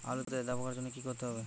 আলুতে লেদা পোকার জন্য কি করতে হবে?